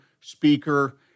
speaker